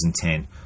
2010